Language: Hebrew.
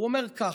הוא אומר ככה,